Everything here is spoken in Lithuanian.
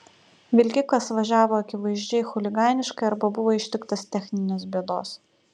vilkikas važiavo akivaizdžiai chuliganiškai arba buvo ištiktas techninės bėdos